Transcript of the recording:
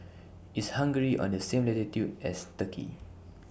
IS Hungary on The same latitude as Turkey